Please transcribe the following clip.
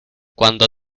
cuando